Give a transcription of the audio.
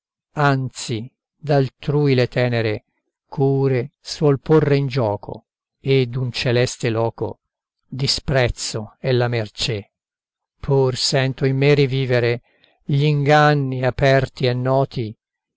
anzi d'altrui le tenere cure suol porre in gioco e d'un celeste foco disprezzo è la mercè pur sento in me rivivere gl'inganni aperti e noti